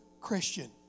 Christian